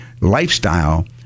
lifestyle